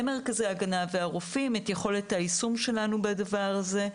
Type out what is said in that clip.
מרכזי ההגנה והרופאים את יכולת היישום שלנו בדבר הזה.